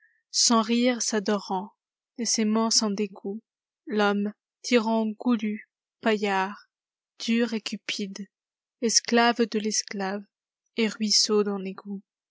sans rire s'adorant et s'aimant sans dégoût l'homme tyran goulu paillard dur et cupide esclave de l'esclave et ruisseau dans l'égout